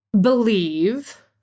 believe